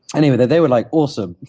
anyway, they were like, awesome.